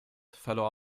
verlor